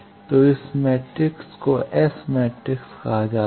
तो इस मैट्रिक्स को S मैट्रिक्स कहा जाता है